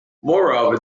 moreover